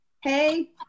Hey